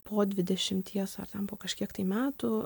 po dvidešimties ar ten po kažkiek tai metų